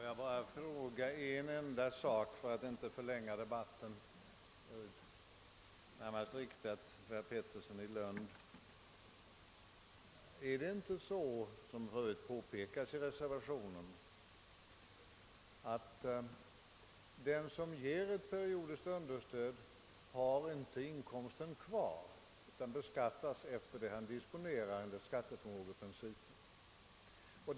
Herr talman! Jag vill för att inte förlänga debatten bara ställa en enda fråga, närmast riktad till herr Pettersson i Lund. är det inte så, vilket ju påpekas i reservationen, att den som ger ett periodiskt understöd inte har inkomsten kvar utan beskattas efter vad han disponerar enligt skatteförmågeprincipen?